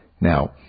Now